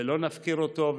ולא נפקיר אותו.